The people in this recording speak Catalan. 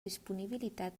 disponibilitat